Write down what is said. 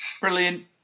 Brilliant